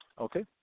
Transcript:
Okay